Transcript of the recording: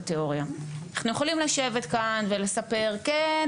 אנחנו יכולים לשבת כאן ולספר: כן,